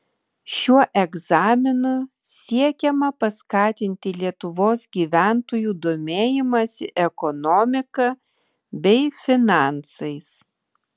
šiuo egzaminu siekiama paskatinti lietuvos gyventojų domėjimąsi ekonomika bei finansais